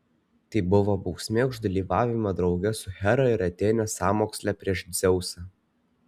tai buvo bausmė už dalyvavimą drauge su hera ir atėne sąmoksle prieš dzeusą